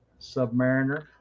Submariner